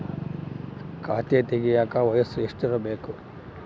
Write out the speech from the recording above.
ಖಾತೆ ತೆಗೆಯಕ ವಯಸ್ಸು ಎಷ್ಟಿರಬೇಕು?